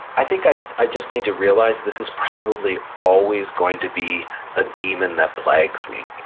i think i i just need to realize this is probably always going to be a demon that plagues me.